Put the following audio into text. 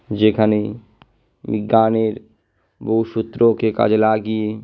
যেখানে বিজ্ঞানের বহু সূত্রকে কাজে লাগিয়ে